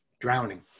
drowning